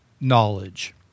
knowledge